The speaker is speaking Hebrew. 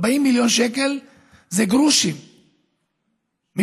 40 מיליון שקל זה גרושים מבחינתם.